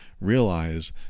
realize